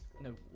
no